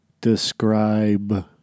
describe